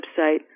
website